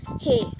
Hey